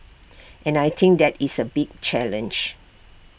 and I think that is A big challenge